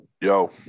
Yo